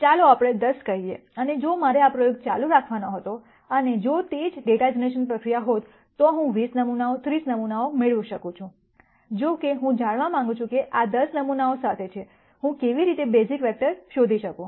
ચાલો આપણે 10 કહીએ અને જો મારે આ પ્રયોગ ચાલુ રાખવાનો હતો અને જો તે જ ડેટા જનરેશન પ્રક્રિયા હોત તો હું 20 નમૂનાઓ 30 નમૂનાઓ મેળવી શકું છું જો કે હું જાણવા માંગુ છું કે આ 10 નમૂનાઓ સાથે છે હું કેવી રીતે બેઝિક વેક્ટર શોધી શકું